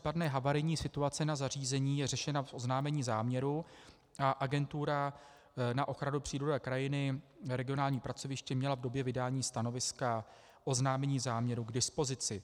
Problematika případné havarijní situace na zařízení je řešena v oznámení záměru a Agentura na ochranu přírody a krajiny, regionální pracoviště, měla v době vydání stanoviska oznámení záměru k dispozici.